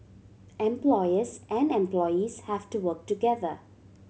employers and employees have to work together